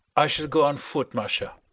i shall go on foot, masha.